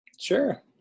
sure